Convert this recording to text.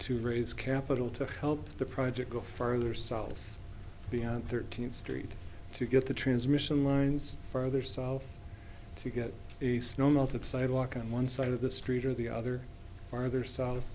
to raise capital to help the project go further south beyond thirteenth street to get the transmission lines further south to get a snow melt sidewalk on one side of the street or the other farther south